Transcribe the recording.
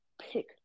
pick